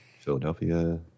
Philadelphia